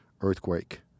earthquake